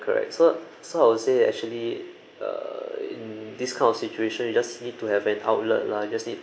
correct so so I will say actually err in this kind of situation you just need to have an outlet lah you just need